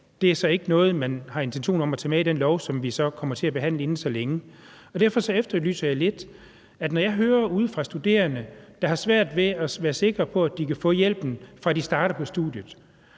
at det så ikke er noget, man har intentioner om at tage med i det lovforslag, som vi kommer til at behandle inden så længe. Derfor efterlyser jeg lidt en diskussion: For når jeg hører fra studerende, at de har svært ved at være sikre på, at de kan få hjælpen, fra de starter på studiet,